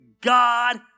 God